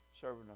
serving